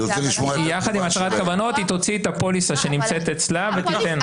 יחד עם הצהרת הכוונות היא תוציא את הפוליסה שנמצאת אצלה ותיתן.